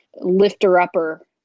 lifter-upper